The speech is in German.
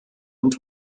und